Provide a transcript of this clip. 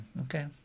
Okay